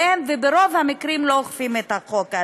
ברוב המקרים לא אוכפים עליהם את החוק.